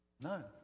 None